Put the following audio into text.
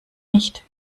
nicht